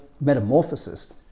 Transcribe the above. metamorphosis